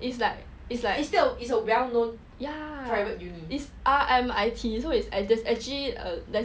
it's like it's like ya is R_M_I_T so it's actually